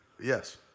yes